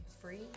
free